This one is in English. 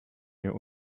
your